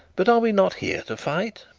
but are we not here to fight?